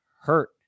hurt